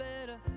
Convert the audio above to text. better